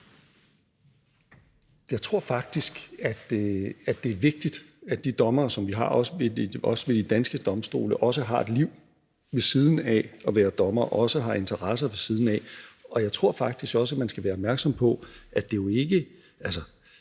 Jeg tror faktisk, det er vigtigt, at de dommere, som vi har, også ved de danske domstole, også har et liv ved siden af at være dommer og også har interesser ved siden af, og jeg tror faktisk også, at man skal være opmærksom på, at i det omfang